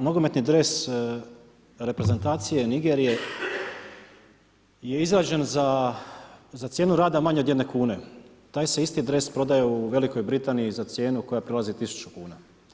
nogometni dres reprezentacije Nigerije je izrađen za cijenu rada manje od 1 kune, taj se isti dres prodaje u Velikoj Britaniji za cijenu koja prelazi 1000 kuna.